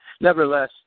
nevertheless